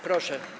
Proszę.